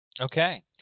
okay